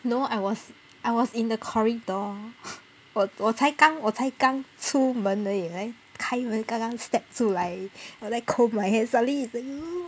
no I was I was in the corridor 我我才刚我才刚出门而已 then 开门刚刚 step 出来 then comb my hair suddenly !woo!